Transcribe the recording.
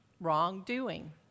wrongdoing